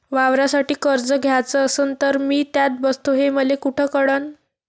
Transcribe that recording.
वावरासाठी कर्ज घ्याचं असन तर मी त्यात बसतो हे मले कुठ कळन?